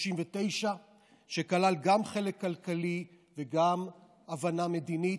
שכלל גם חלק כלכלי וגם הבנה מדינית,